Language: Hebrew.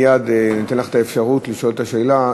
מייד ניתן לך את האפשרות לשאול את השאלה,